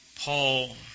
Paul